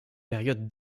période